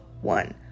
one